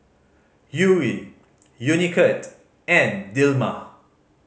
Yuri Unicurd and Dilmah